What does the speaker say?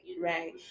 right